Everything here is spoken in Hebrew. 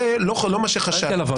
זה לא מה שחשדתי.